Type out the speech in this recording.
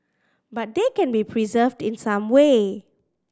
but they can be preserved in some way